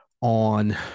on